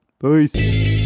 Peace